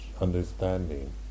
understanding